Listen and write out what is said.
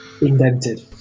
Indented